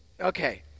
Okay